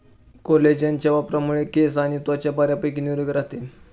कोलेजनच्या वापरामुळे केस आणि त्वचा बऱ्यापैकी निरोगी राहते